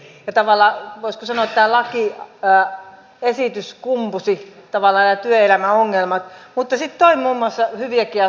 ja tavallaan voisiko sanoa tämä lakiesitys kumpusi näistä työelämän ongelmista mutta sitten toi muun muassa hyviäkin asioita esille